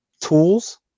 tools